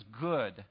good